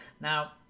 now